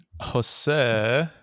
Jose